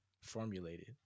formulated